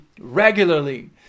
regularly